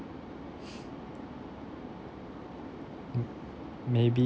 may~ maybe